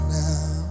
now